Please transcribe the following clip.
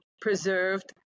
preserved